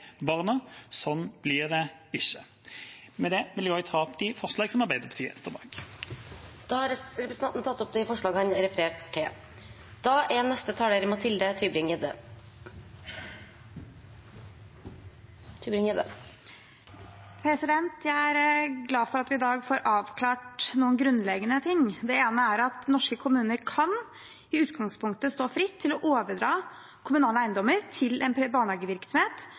barna. Sånn blir det ikke. Med det vil jeg ta opp de forslagene som Arbeiderpartiet står bak. Da har representanten Torstein Tvedt Solberg tatt opp de forslagene han refererte til. Jeg er glad for at vi i dag får avklart noen grunnleggende ting. Det ene er at norske kommuner i utgangspunktet kan stå fritt til å overdra kommunale eiendommer til en barnehagevirksomhet